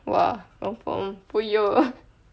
!wah! confirm !fuh! yo